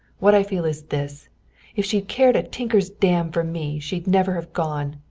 what i feel is this if she'd cared a tinker's damn for me she'd never have gone.